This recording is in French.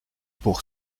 pour